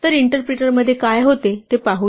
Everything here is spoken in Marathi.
तर इंटरप्रिटर मध्ये काय होते ते पाहूया